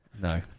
no